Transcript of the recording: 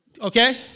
Okay